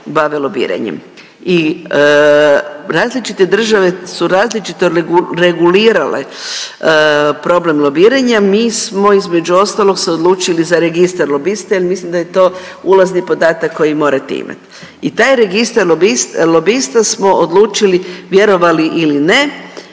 bave lobiranjem. I različite države su različito regulirale problem lobiranja. Mi smo između ostalog se odlučili za registar lobista jer mislim da je to ulazni podatak koji morate imati. I taj registar lobista smo odlučili vjerovali ili ne